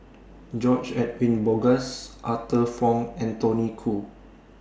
George Edwin Bogaars Arthur Fong and Tony Khoo